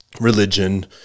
religion